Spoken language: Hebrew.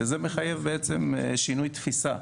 וזה מחייב שינוי תפיסה.